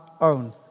own